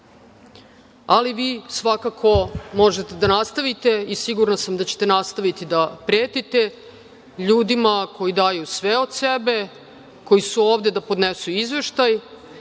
dela. Vi svakako možete da nastavite i sigurna sam da ćete nastaviti da pretite ljudima koji daju sve od sebe, koji su ovde da podnesu izveštaj,